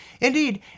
Indeed